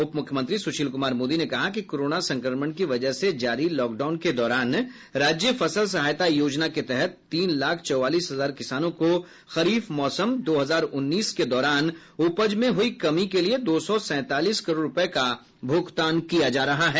उप मुख्यमंत्री सुशील कुमार मोदी ने कहा कि कोरोना संक्रमण की वजह से जारी लॉकडाउन के दौरान राज्य फसल सहायता योजना के तहत तीन लाख चौवालीस हजार किसानों को खरीफ मौसम दो हजार उन्नीस के दौरान उपज में हुई कमी के लिए दो सौ सैंतालीस करोड़ रूपये का भूगतान किया जा रहा है